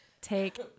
take